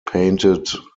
painted